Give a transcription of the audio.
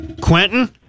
Quentin